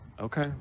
Okay